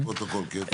לפרוטוקול כן.